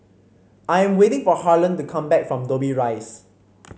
I am waiting for Harlen to come back from Dobbie Rise